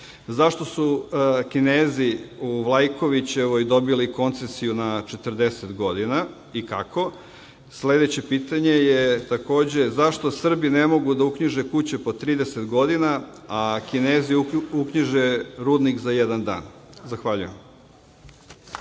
zašto su Kinezi u Vlajkovićevoj dobili koncesiju na 40 godina i kako? Sledeće pitanje je zašto Srbi ne mogu da uknjiže kuće po 30 godina, a Kinezi uknjiže rudnik za jedan dan? Zahvaljujem.